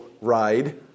ride